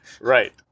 Right